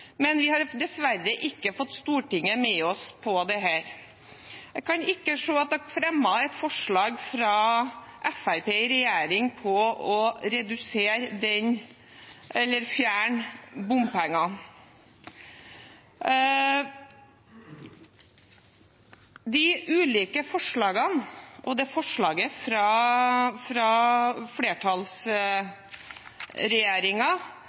Men vi har dessverre ikke fått Stortinget med oss på dette.» Jeg kan ikke se at det er fremmet et forslag fra Fremskrittspartiet i regjering om å redusere eller fjerne bompengene. De ulike forslagene og forslaget til vedtak fra